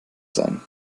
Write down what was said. sein